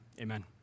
amen